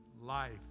life